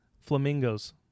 Flamingos